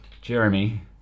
Jeremy